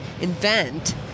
invent